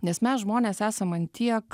nes mes žmonės esam ant tiek